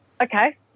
okay